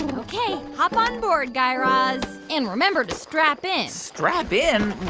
ok, hop on board, guy raz. and remember to strap in strap in?